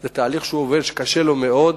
זה תהליך שהוא עובר, שקשה לו מאוד,